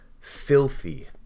filthy